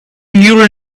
neural